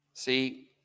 See